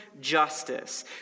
justice